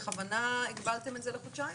בכוונה הגבלתם את זה לחודשיים?